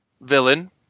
villain